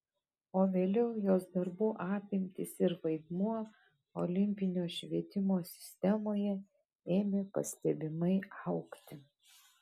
o vėliau jos darbų apimtys ir vaidmuo olimpinio švietimo sistemoje ėmė pastebimai augti